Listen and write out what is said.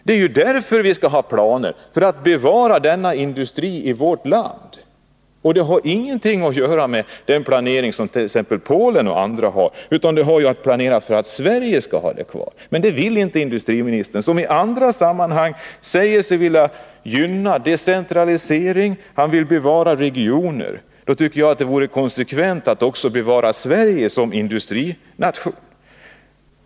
Det är därför vi skall ha planer för att bevara denna industri i vårt land. Det har ingenting att göra med den planering som t.ex. Polen och andra länder har, utan vi har att planera för att Sverige skall ha stålindustrin kvar. Men det vill inte industriministern, som i andra sammanhang säger sig vilja gynna decentralisering och bevara regioner. Det vore då konsekvent att också vilja bevara Sverige som industrination.